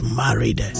married